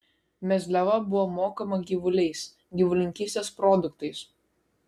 mezliava buvo mokama gyvuliais gyvulininkystės produktais